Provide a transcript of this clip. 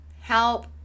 help